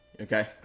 Okay